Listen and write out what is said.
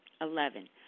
Eleven